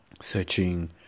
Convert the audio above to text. searching